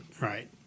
Right